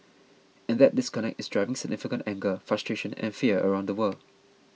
and that disconnect is driving significant anger frustration and fear around the world